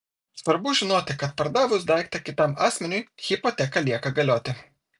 svarbu žinoti kad pardavus daiktą kitam asmeniui hipoteka lieka galioti